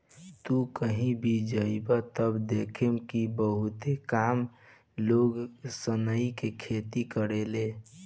तू कही भी जइब त देखब कि बहुते कम लोग सनई के खेती करेले